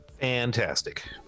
Fantastic